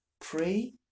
pray